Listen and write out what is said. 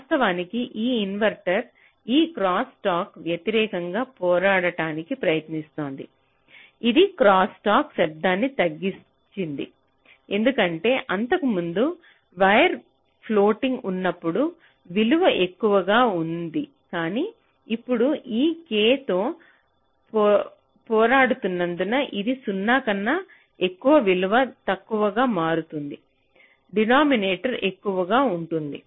వాస్తవానికి ఈ ఇన్వర్టర్ ఈ క్రాస్ టాక్కు వ్యతిరేకంగా పోరాడటానికి ప్రయత్నిస్తోంది ఇది క్రాస్ టాక్ శబ్దాన్ని తగ్గించింది ఎందుకంటే అంతకుముందు వైర్ ఫ్లోటింగ్ ఉన్నప్పుడు విలువ ఎక్కువగా ఉంది కానీ ఇప్పుడు ఈ k తో పోరాడుతున్నందున అది 0 కన్నా ఎక్కువ విలువ తక్కువగా మారుతుంది డినామినేటర్ ఎక్కువగా ఉంటుంది